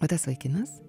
va tas vaikinas